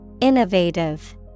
Innovative